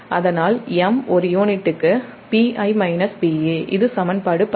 அதனால்M ஒரு யூனிட்டுக்கு Pi Pe இது சமன்பாடு 18